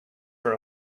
for